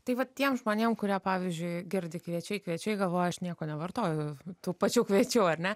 tai vat tiem žmonėm kurie pavyzdžiui girdi kviečiai kviečiai galvoja aš nieko nevartoju tų pačių kviečių ar ne